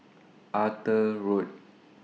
Arthur Road